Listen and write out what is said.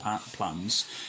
plans